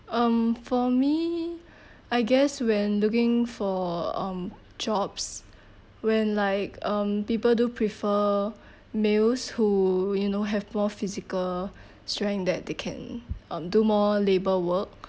um for me I guess when looking for um jobs when like um people do prefer males who you know have more physical strength that they can um do more labour work